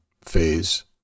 phase